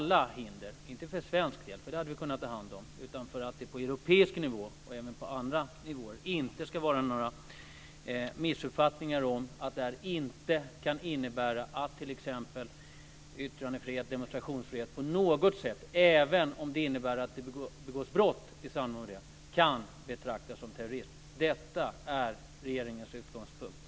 Det gällde inte för svensk del, utan för att det på europeisk nivå och andra nivåer inte ska råda några missuppfattningar om att det inte kan innebära att t.ex. yttrandefriheten och demonstrationsfriheten på något sätt, även om det begås brott i samband med dessa rättigheter, kan betraktas som terrorism. Detta är regeringens utgångspunkt.